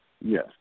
Yes